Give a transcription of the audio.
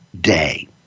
day